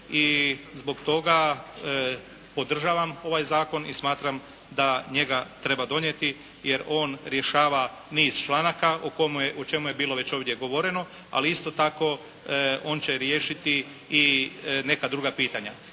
zbog toga podržavam ovaj zakon i smatram da njega treba donijeti jer on rješava niz članaka o čemu je već ovdje bilo govoreno, ali isto tako on će riješiti i neka druga pitanja.